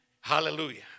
Hallelujah